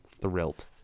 thrilled